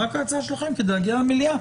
רק שההצעה שלכם כדי להגיע למליאה,